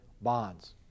bonds